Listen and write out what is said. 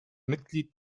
mitglied